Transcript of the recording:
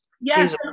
Yes